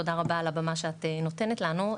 תודה רבה על הבמה שאת נותנת לנו,